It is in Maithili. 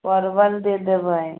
परवल दे देबै